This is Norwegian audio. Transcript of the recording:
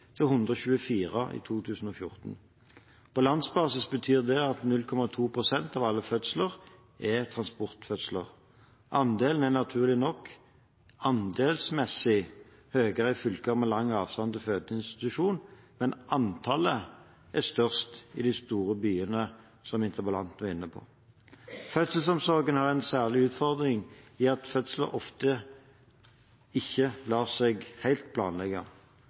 til 124 i 2014. På landsbasis betyr det at 0,2 pst. av alle fødsler er transportfødsler. Andelen er naturlig nok høyere i fylker med lang avstand til fødeinstitusjon, men antallet er størst i de store byene, som interpellanten var inne på. Fødselsomsorgen har en særlig utfordring ved at fødsler oftest ikke lar seg helt planlegge.